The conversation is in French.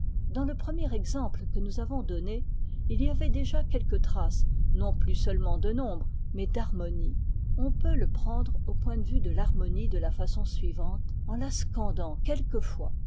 dans le premier exemple que nous avons donné il y avait déjà quelque trace non plus seulement de nombre mais d'harmonie on peut le prendre au point de vue de l'harmonie de la façon suivante en la scandant quelquefois